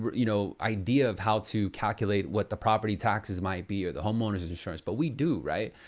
but you know, idea of how to calculate what the property taxes might be or the homeowners insurance, but we do, right?